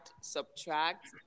subtract